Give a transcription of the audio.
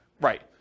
Right